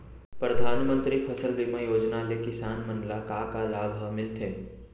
परधानमंतरी फसल बीमा योजना ले किसान मन ला का का लाभ ह मिलथे?